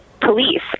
police